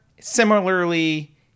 Similarly